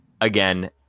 Again